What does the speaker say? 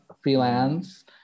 freelance